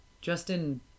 Justin